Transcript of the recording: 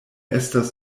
estas